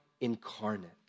incarnate